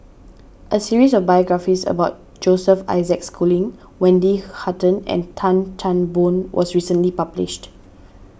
a series of biographies about Joseph Isaac Schooling Wendy Hutton and Tan Chan Boon was recently published